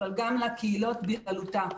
אבל גם לקהילות בכללותן.